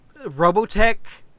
Robotech